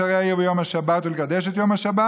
לבלתי הביא משא בשערי העיר ביום השבת ולקדש את יום השבת,